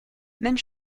même